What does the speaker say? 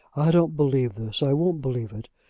i don't believe this i won't believe it.